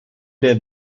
der